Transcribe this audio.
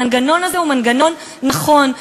המנגנון הזה הוא מנגנון נכון.